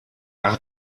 ach